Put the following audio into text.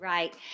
Right